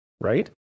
right